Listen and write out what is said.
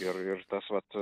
ir ir tas vat